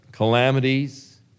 Calamities